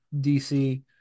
DC